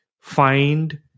find